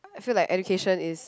I feel like education is